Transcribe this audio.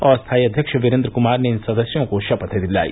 अस्थाई अध्यक्ष वीरेन्द्र कुमार ने इन सदस्यों को शपथ दिलाई